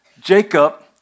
Jacob